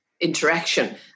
interaction